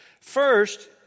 First